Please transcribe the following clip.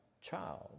child